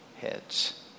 heads